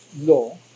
law